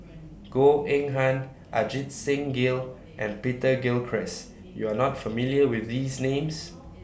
Goh Eng Han Ajit Singh Gill and Peter Gilchrist YOU Are not familiar with These Names